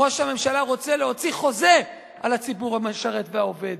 ראש הממשלה רוצה להוציא חוזה על הציבור המשרת והעובד.